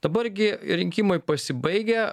dabar gi rinkimai pasibaigę